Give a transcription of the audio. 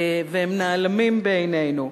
והם נעלמים בעינינו.